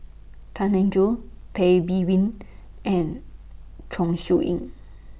Tan Eng Joo Tay Bin Wee and Chong Siew Ying